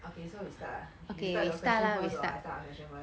okay so we start ah we start your question first or I start my question first